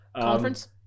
Conference